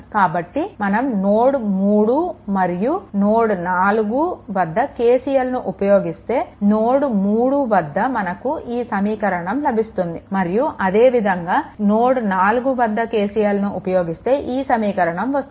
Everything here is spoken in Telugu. కాబట్టి మనం నోడ్3 మరియు నోడ్4 వద్ద KCLను ఉపయోగిస్తే నోడ్3 వద్ద మనకు ఈ సమకరణం లభిస్తుంది మరియు అదే విధంగా నోడ్4 వద్ద KCLను ఉపయోగిస్తే ఈ సమీకరణం వస్తుంది